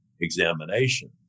examination